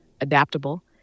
adaptable